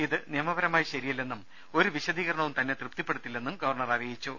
ഇത് നിയമപരമായി ശരി യല്ലെന്നും ഒരു വിശദീകരണവും തന്നെ തൃപ്തിപ്പെടുത്തില്ലെന്നും ഗവർണർ അറിയിച്ചു